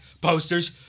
posters